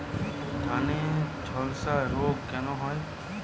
ধানে ঝলসা রোগ কেন হয়?